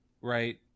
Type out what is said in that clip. right